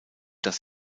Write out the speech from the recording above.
das